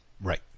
Right